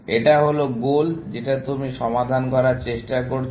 এটা হলো গোল যেটা তুমি সমাধান করার চেষ্টা করছো